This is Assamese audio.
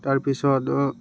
তাৰপিছত